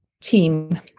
team